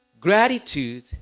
gratitude